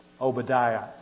Obadiah